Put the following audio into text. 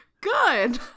good